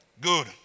Good